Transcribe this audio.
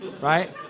right